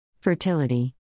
fertility